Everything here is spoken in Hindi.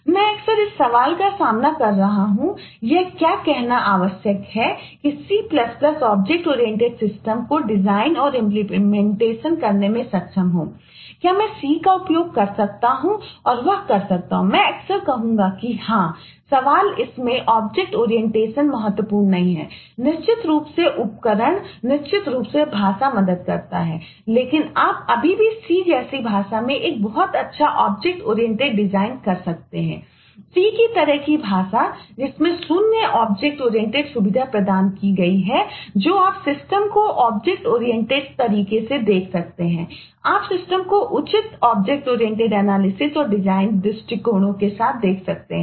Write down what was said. मैं अक्सर इस सवाल का सामना कर रहा हूं क्या यह कहना आवश्यक है कि C ऑब्जेक्ट ओरिएंटेड सिस्टम दृष्टिकोणों के साथ देख सकते हैं